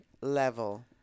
level